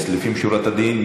אז לפנים משורת הדין,